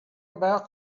about